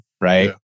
right